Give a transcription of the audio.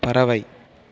பறவை